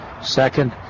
second